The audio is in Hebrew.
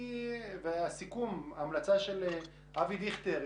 ההמלצה של אבי דיכטר,